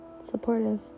supportive